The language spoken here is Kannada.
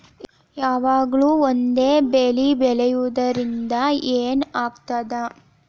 ಯಾವಾಗ್ಲೂ ಒಂದೇ ಬೆಳಿ ಬೆಳೆಯುವುದರಿಂದ ಏನ್ ಆಗ್ತದ?